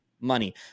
money